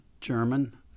German